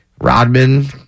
Rodman